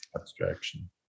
abstraction